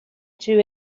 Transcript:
two